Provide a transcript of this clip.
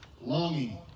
Longing